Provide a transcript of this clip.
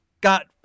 got